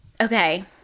Okay